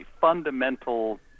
fundamental